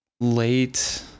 Late